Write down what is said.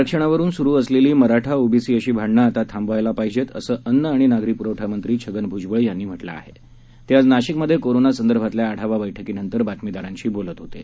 आरक्षणावरून सुरू असलेली मराठा ओबीसी अशी भांडणं आता थांबवायला पाहिजेत असं अन्न आणि नागरी पुरवठा मंत्री छगन भूजबळ यांनी म्हटलं आहे ते आज नाशिकमध्ये कोरोना संदर्भातल्या आढावा बैठकीनंतर बातमीदारांशी बोलत होते